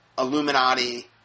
Illuminati